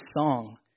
song